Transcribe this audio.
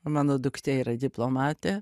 mano duktė yra diplomatė